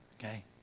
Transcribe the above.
okay